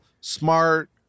smart